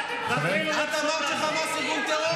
האם מישהו מכם עלה לפה ואמר שחמאס הוא ארגון טרור שצריך לחסל אותו?